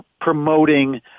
promoting